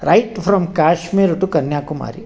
right from Kashmir to Kanyakumari